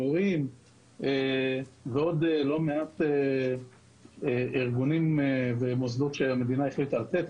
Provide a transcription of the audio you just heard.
מורים ועוד לא מעט ארגונים ומוסדות שהמדינה החליטה לתת.